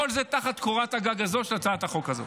כל זה תחת קורת הגג הזו של הצעת החוק הזאת.